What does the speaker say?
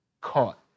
caught